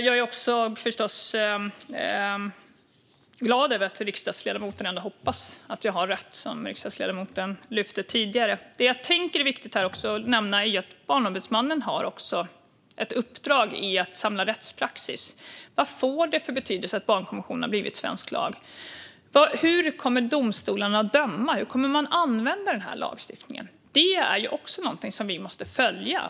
Men jag är glad över att riksdagsledamoten ändå hoppas att jag har rätt, vilket han sa tidigare. Det är vidare viktigt att nämna att Barnombudsmannen har ett uppdrag att samla rättspraxis. Vilken betydelse får det att barnkonventionen har blivit svensk lag? Hur kommer domstolarna att döma? Hur kommer man att använda lagstiftningen? Det är något som vi också måste följa.